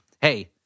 hey